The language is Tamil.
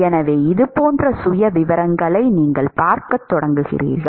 எனவே இது போன்ற சுயவிவரங்களை நீங்கள் பார்க்கத் தொடங்குவீர்கள்